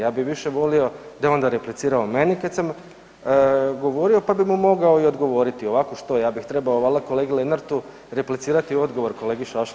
Ja bi više volio da je onda replicirao meni kad sam govorio, pa bi mu mogao i odgovoriti, ovako što ja bih trebao valda kolegi Lenartu replicirati odgovor kolegi Šašlinu?